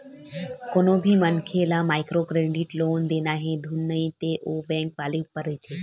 कोनो भी मनखे ल माइक्रो क्रेडिट लोन देना हे धुन नइ ते ओ बेंक वाले ऊपर रहिथे